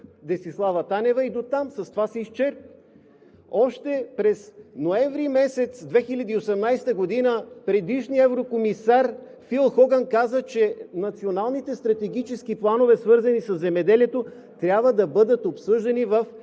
Десислава Танева и до там, с това се изчерпи. Още през ноември месец 2018 г. предишният еврокомисар Фил Хоган каза, че националните стратегически планове, свързани със земеделието, трябва да бъдат обсъждани в